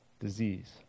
disease